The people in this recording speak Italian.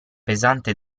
pesante